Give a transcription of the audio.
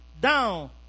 down